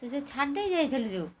ତୁ ଯେଉଁ ଛାଡ଼ ଦେଇ ଯାଇଥିଲୁ ଯେଉଁ